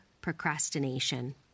procrastination